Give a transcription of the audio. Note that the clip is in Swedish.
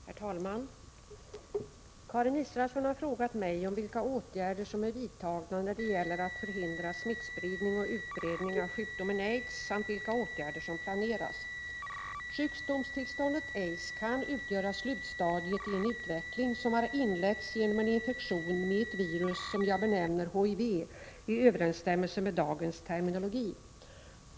Herr talman! Karin Israelsson har frågat mig om vilka åtgärder som är vidtagna när det gäller att förhindra smittspridning och utbredning av sjukdomen aids samt vilka åtgärder som planeras. Sjukdomstillståndet aids kan utgöra slutstadiet i en utveckling som har inletts genom en infektion med ett virus, som jag benämner HIV i överensstämmelse med dagens terminologi.